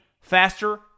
faster